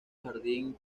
jardín